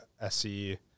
SE